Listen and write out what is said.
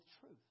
truth